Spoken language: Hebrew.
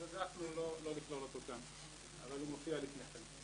אז העדפנו לא לכלול אותו כאן אבל הוא מופיע לפניכם.